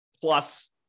plus